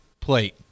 plate